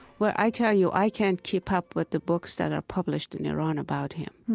well, i tell you i can't keep up with the books that are published in iran about him.